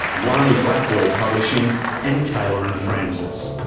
wiley-blackwell publishing and taylor and francis.